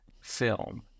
film